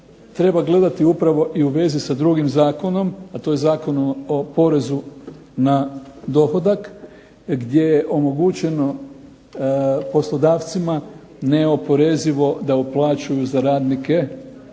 treba gledati upravo i u vezi sa drugim zakonom, a to je Zakon o porezu na dohodak gdje je omogućeno poslodavcima neoporezivo da uplaćuju za radnike